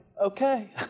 okay